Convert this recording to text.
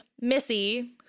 Missy